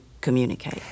communicate